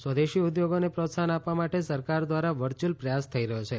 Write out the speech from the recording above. સ્વદેશી ઉદ્યોગોને પ્રોત્સાહન આપવા માટે સરકાર દ્વારા આ વર્ચ્યુઅલ પ્રયાસ થઇ રહ્યો છે